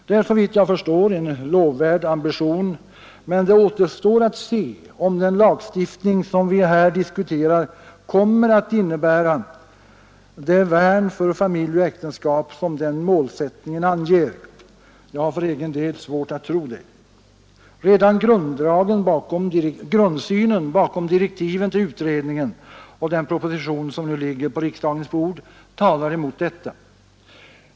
Det är såvitt jag förstår en lovvärd ambition, men det återstår att se om den lagstiftning som vi nu diskuterar kommer att innebära det värn för familj och äktenskap som den målsättningen anger. Jag har för egen del svårt att tro det. Redan grundsynen bakom direktiven till utredningen och den proposition som nu ligger på riksdagens bord talar emot detta.